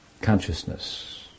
consciousness